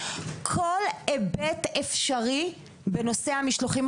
לא ברוצלוזיס, ולא מחלות הפה והטלפיים.